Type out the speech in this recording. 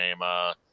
name